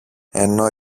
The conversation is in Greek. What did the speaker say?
ενώ